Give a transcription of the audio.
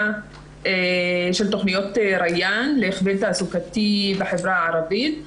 של תוכניות ריאן להכוון תעסוקתי בחברה הערבית.